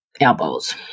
elbows